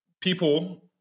people